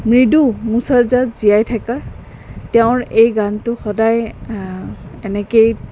মৃদু জীয়াই থাকা তেওঁৰ এই গানটো সদায় এনেকেই